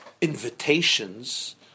invitations